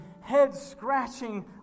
head-scratching